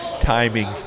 Timing